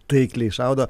taikliai šaudo